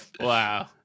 Wow